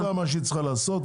היא עושה מה שהיא צריכה לעשות.